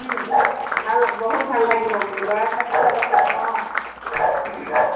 ভাল বহুত ভাল লাগিব গৈ ল'ৰা ছোৱালীৰ লগত যাব অঁ